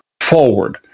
forward